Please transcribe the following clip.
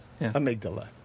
Amygdala